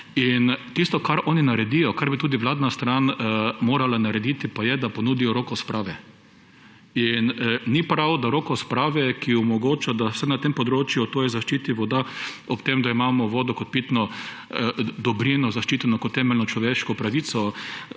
Tisto, kar oni naredijo, kar bi tudi vladna stran morala narediti, pa je, da ponudijo roko sprave. In ni prav, da roko sprave, ki omogoča, da se na tem področju, torej zaščiti voda; ob tem, da imamo vodo kot pitno dobrino zaščiteno kot temeljno človeško pravico